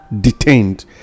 detained